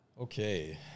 Okay